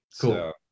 Cool